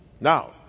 now